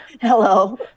hello